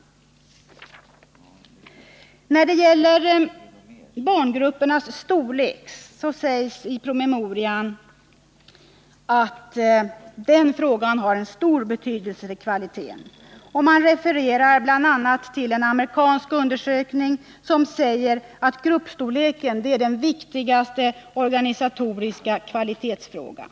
När det gäller barngruppernas storlek sägs i promemorian att den frågan har stor betydelse för kvaliteten, och man refererar bl.a. till en amerikansk undersökning som visar att gruppstorleken är den viktigaste organisatoriska kvalitetsfrågan.